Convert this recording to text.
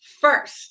first